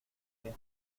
que